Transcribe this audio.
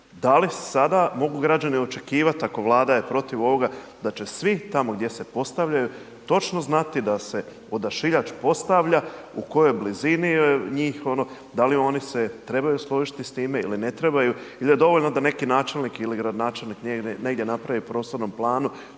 Da li sada mogu građani očekivati ako Vlada je protiv ovoga da će svi tamo gdje se postavljaju, točno znati da se odašiljač postavlja, u kojoj blizini je njih, da li oni se trebaju složiti s time ili ne trebaju i da je dovoljno da neki načelnik ili gradonačelnik negdje napravi u prostornom planu,